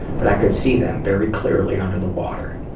but i could see them very clearly under the water.